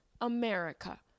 America